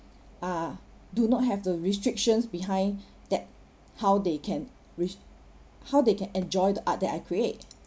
uh do not have the restrictions behind that how they can reach how they can enjoy the art that I create